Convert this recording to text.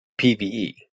PVE